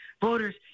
voters